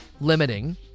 limiting